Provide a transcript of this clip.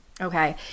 Okay